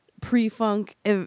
pre-funk